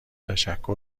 تشکر